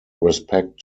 respect